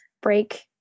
break